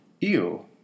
Ew